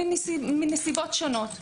מנסיבות שונות.